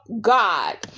God